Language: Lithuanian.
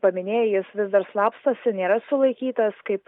paminėjai jis vis dar slapstosi nėra sulaikytas kaip